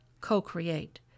Co-create